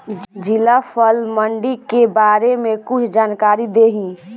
जिला फल मंडी के बारे में कुछ जानकारी देहीं?